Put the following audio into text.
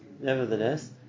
nevertheless